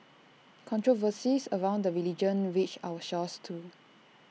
controversies around the religion reached our shores too